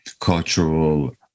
cultural